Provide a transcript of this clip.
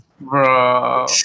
Bro